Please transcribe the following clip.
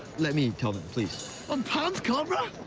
let me tell them, please. i'm pumped, cobra.